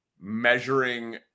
measuring